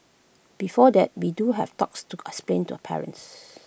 before that we do have talks to explain to parents